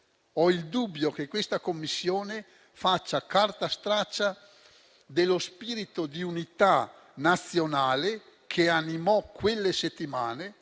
Ho il dubbio che questa Commissione faccia carta straccia dello spirito di unità nazionale che animò quelle settimane,